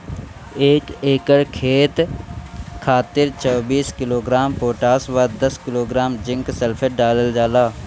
एक एकड़ खेत खातिर चौबीस किलोग्राम पोटाश व दस किलोग्राम जिंक सल्फेट डालल जाला?